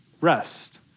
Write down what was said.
Rest